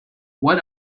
what